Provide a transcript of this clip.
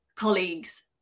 colleagues